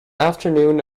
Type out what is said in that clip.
afternoon